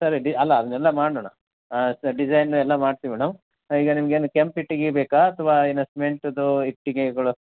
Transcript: ಸರಿ ಡಿ ಅಲ್ಲ ಅದನ್ನೆಲ್ಲ ಮಾಡೊಣ ಸ್ ಡಿಝೈನು ಎಲ್ಲ ಮಾಡ್ತಿವಿ ಮೇಡಮ್ ಈಗ ನಿಮ್ಗೆ ಏನು ಕೆಂಪು ಇಟ್ಟಿಗೆ ಬೇಕಾ ಅಥವಾ ಏನು ಸಿಮೆಂಟ್ದು ಇಟ್ಟಿಗೆಗಳು